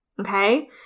okay